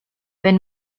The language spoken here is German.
wenn